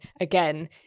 Again